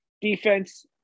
Defense